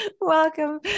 Welcome